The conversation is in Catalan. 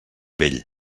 vell